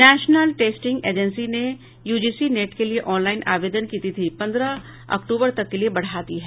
national Testing Agency ने UGC NET के लिए ऑनलाईन आवेदन की तिथि पन्द्रह अक्टूबर तक के लिए बढ़ा दी है